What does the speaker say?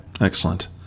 excellent